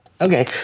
Okay